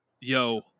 yo